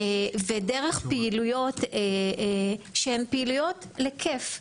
דרך פעילויות שהן פעילויות לכיף,